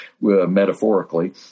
metaphorically